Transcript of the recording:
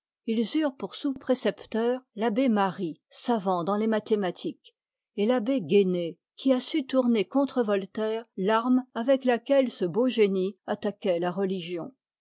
ils eurent pour sous prccepteurs tabbé marie savant dans les malhcmatiques et tabbc guéncc qui a su tourner contre voltaire farme avec laquelle ce beau génie attaquoit la religion